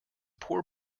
poor